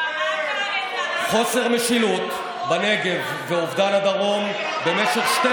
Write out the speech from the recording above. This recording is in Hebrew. חוסר משילות בנגב ואובדן הדרום במשך 12